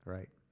Right